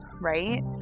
right